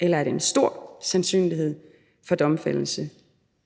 eller en stor sandsynlighed for domfældelse?